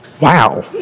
Wow